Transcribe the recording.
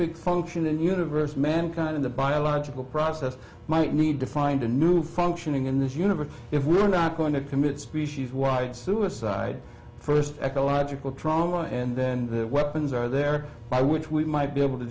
pig function in the universe mankind in the biological process might need to find a new functioning in this universe if we're not going to commit species wide suicide first ecological trauma and then weapons are there by which we might be able to